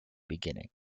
beginning